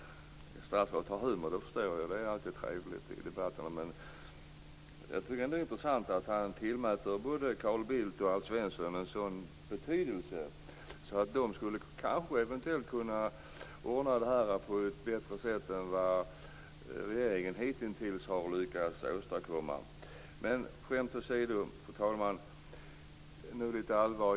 Statsrådet har humor. Det är alltid trevligt i debatterna. Det är ändå intressant att han tillmäter både Carl Bildt och Alf Svensson en sådan betydelse att de kanske skulle kunna ordna detta på ett bättre sätt än vad regeringen hittills har lyckats åstadkomma. Skämt åsido, fru talman!